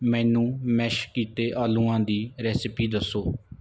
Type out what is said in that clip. ਮੈਨੂੰ ਮੈਸ਼ ਕੀਤੇ ਆਲੂਆਂ ਦੀ ਰੈਸਿਪੀ ਦੱਸੋ